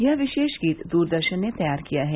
यह विशेष गीत दूरदर्शन ने तैयार किया है